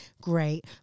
great